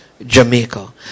Jamaica